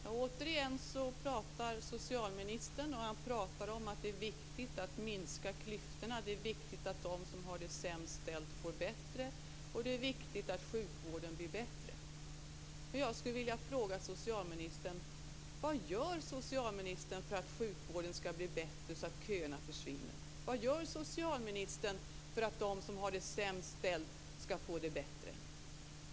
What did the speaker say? Fru talman! Återigen talar socialministern om att det är viktigt att minska klyftorna, att det är viktigt att de som har det sämst ställt får det bättre och att det är viktigt att sjukvården blir bättre.